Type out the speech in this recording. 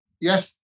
Yes